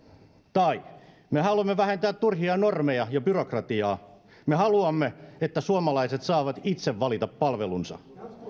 me haluamme vähentää turhia normeja ja byrokratiaa me haluamme että suomalaiset saavat itse valita palvelunsa